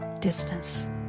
distance